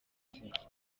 ntsinzi